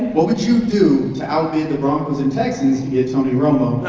what would you do to outbid the broncos and texans to get tony romo?